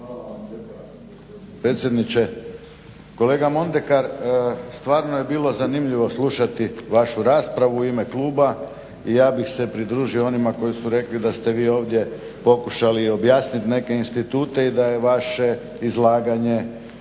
gospodine predsjedniče. Kolega Mondekar, stvarno je bilo zanimljivo slušati vašu raspravu u ime kluba i ja bih se pridružio onima koji su rekli da ste vi ovdje pokušali objasniti neke institute i da je vaše izlaganje